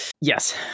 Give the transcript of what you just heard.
Yes